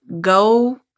go